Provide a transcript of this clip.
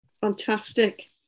Fantastic